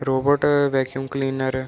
robot vacuum cleaner